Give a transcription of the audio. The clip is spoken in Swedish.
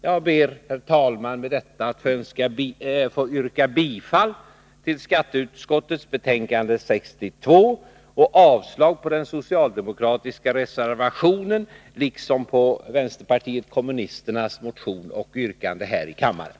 Jag ber, herr talman, med detta att få yrka bifall till hemställan i skatteutskottets betänkande 62 och avslag på den socialdemokratiska reservationen, liksom på vänsterpartiet kommunisternas motion och yrkande här i kammaren.